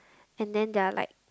and then there are like